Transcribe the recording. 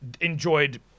Enjoyed